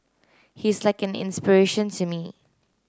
he's like an inspiration to me